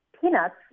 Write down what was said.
peanuts